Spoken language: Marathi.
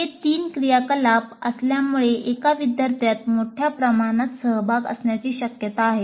हे तीन क्रियाकलाप असल्यामुळे एका विद्यार्थ्यात मोठ्या प्रमाणात सहभाग असण्याची शक्यता आहे